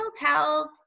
towels